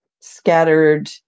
scattered